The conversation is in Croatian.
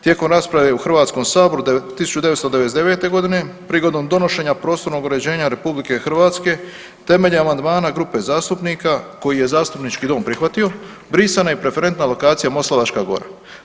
Tijekom rasprave u Hrvatskom saboru 1999. godine prigodom donošenja prostornog uređenja Republike Hrvatske, temeljem amandmana grupe zastupnika koji je Zastupnički dom prihvatio brisana je i preferentna lokacija Moslavačka gora.